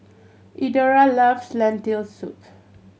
Eudora loves Lentil Soup